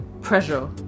pressure